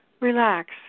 Relax